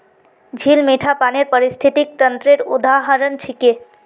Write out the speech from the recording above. झील मीठा पानीर पारिस्थितिक तंत्रेर उदाहरण छिके